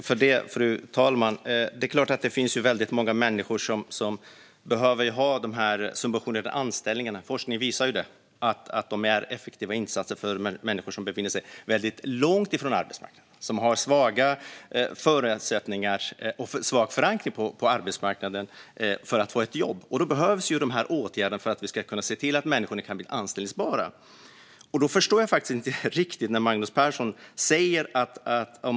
Fru talman! Det är klart att det finns väldigt många människor som behöver ha dessa subventionerade anställningar. Forskning visar att det är effektiva insatser för människor som befinner sig väldigt långt från arbetsmarknaden, som har svaga förutsättningar och svag förankring på arbetsmarknaden för att få ett jobb. De här åtgärderna behövs för att vi ska kunna se till att de här människorna blir anställbara. Jag förstår inte riktigt det Magnus Persson säger.